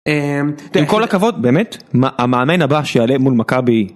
עם כל הכבוד באמת, המאמן הבא שיעלה מול מכבי.